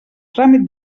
tràmit